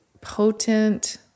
potent